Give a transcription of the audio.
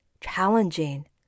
challenging